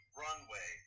runway